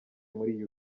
muri